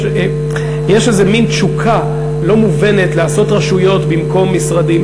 יש איזה מין תשוקה לא מובנת לעשות רשויות במקום משרדים.